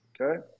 Okay